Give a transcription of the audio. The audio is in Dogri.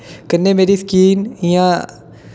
कन्नै मेरी स्किन इ'यां